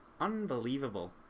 Unbelievable